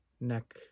neck